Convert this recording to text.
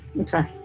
Okay